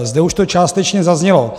Zde už to částečně zaznělo.